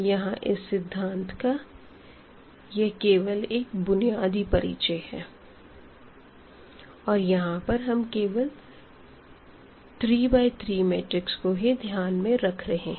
यहाँ इस सिद्धांत का यह केवल एक बुनियादी परिचय है और यहां पर हम केवल 3 बाय 3 मैट्रिक्स को ही ध्यान में रख रहे हैं